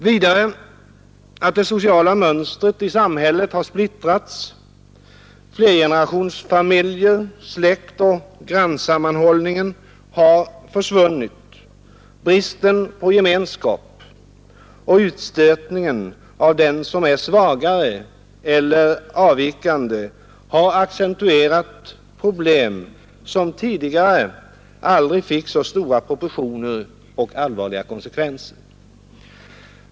Vidare har urbaniseringen medfört att det sociala mönstret i samhället splittrats — flergenerationsfamiljer liksom släktoch grannsammanhållning har försvunnit. Bristen på gemenskap och utstötningen av dem som är svagare eller avvikande har accentuerat problem som tidigare aldrig fick så stora proportioner och allvarliga konsekvenser.